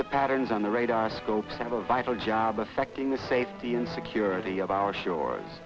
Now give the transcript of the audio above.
the patterns on the radar scope of a vital job affecting the safety and security of our shores